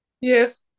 Yes